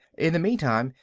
in the meantime,